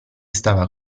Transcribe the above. stava